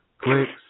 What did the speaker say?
clicks